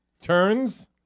Turns